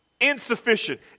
insufficient